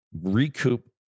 recoup